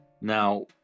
Now